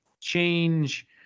change